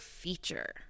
feature